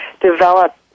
develop